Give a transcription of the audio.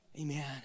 Amen